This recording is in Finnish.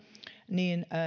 niin